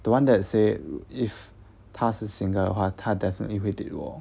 the [one] that said if 他是 single 的话他 definitely 会对我